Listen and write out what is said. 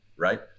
Right